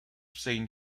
saint